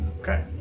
Okay